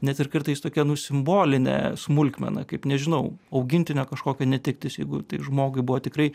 net ir kartais tokia nu simbolinė smulkmena kaip nežinau augintinio kažkokio netektis jeigu tai žmogui buvo tikrai